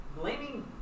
blaming